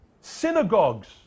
Synagogues